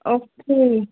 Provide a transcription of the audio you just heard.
okay